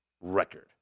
record